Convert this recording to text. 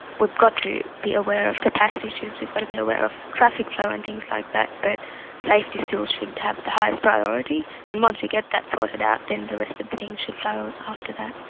we've got to be aware of capacity issues, we've got to be aware of traffic flow and things like that, but safety still should have the highest priority, and once we get that sorted out then the rest of the things should flow after that.